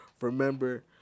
Remember